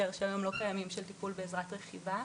והיום לא קיימים של טיפול בעזרת רכיבה,